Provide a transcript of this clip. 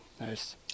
Nice